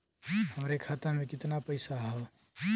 हमरे खाता में कितना पईसा हौ?